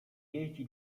jeździ